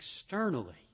externally